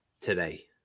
today